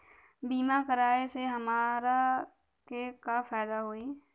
बीमा कराए से हमरा के का फायदा होई?